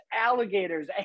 alligators